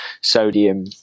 sodium